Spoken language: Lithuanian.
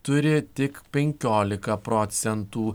turi tik penkiolika procentų